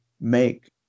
make